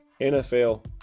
NFL